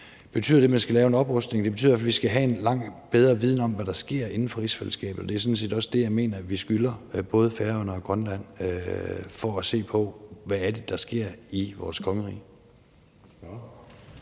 hvert fald, at vi skal have en langt bedre viden om, hvad der sker inden for rigsfællesskabet – det er sådan set også det, jeg mener vi skylder både Færøerne og Grønland – for at se på, hvad det er, der sker i vores kongerige.